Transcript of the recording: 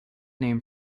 name